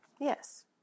Yes